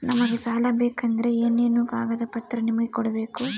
ನಮಗೆ ಸಾಲ ಬೇಕಂದ್ರೆ ಏನೇನು ಕಾಗದ ಪತ್ರ ನಿಮಗೆ ಕೊಡ್ಬೇಕು?